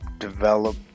Develop